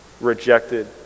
rejected